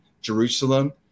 Jerusalem